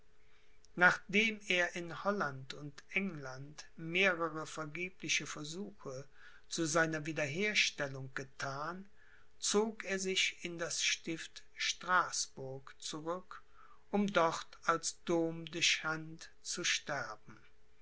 nachdem er in holland und england mehrere vergebliche versuche zu seiner wiederherstellung gethan zog er sich in das stift straßburg zurück um dort als domdechant zu sterben